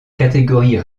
catégorie